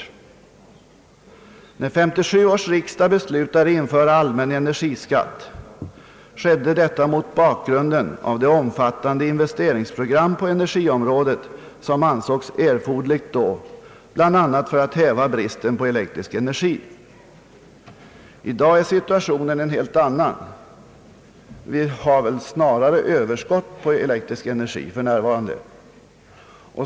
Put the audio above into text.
När 1957 års riksdag beslöt införa allmän energiskatt, skedde detta mot bakgrunden av det omfattande investeringsprogram på energiområdet som ansågs erforderligt bl.a. för att häva bristen på elektrisk energi. I dag är situationen en helt annan. Vi har väl snarare överskott på elektrisk energi för närvarande.